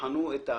שתבחנו את הדברים.